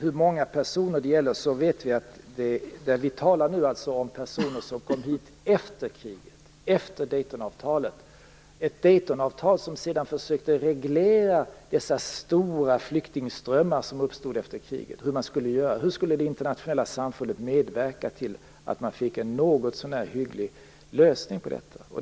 Till Sverige kom det 2 500 personer efter kriget och efter Daytonavtalet, ett Daytonavtal som sedan försökte reglera hur det internationella samfundet skulle medverka till att få en någorlunda hygglig lösning på problemen med de stora flyktingströmmar som uppstod efter kriget.